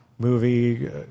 movie